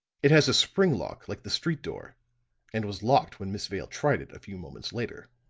it has a spring lock like the street door and was locked when miss vale tried it a few moments later.